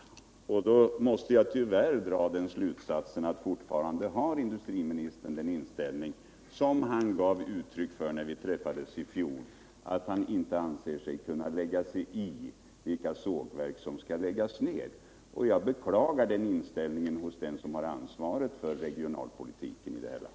Då måste jag tyvärr dra den slutsatsen att industriministern fortfarande har den inställning han gav uttryck för när vi träffades i fjol, nämligen att han inte anser sig kunna lägga sig i vilka sågverk som skall läggas ner. Jag beklagar den inställningen hos den som har ansvaret för regionalpolitiken i det här landet.